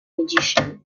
magician